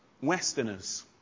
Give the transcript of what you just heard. Westerners